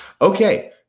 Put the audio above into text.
Okay